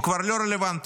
הוא כבר לא רלוונטי.